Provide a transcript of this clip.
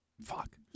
Fuck